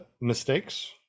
mistakes